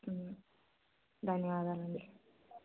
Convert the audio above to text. ధన్యవాదాలండి